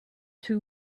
two